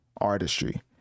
artistry